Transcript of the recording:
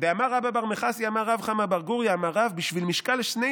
"דאמר רבא בר מחסיא אמר רב חמא בר גוריא אמר רב: בשביל משקל שני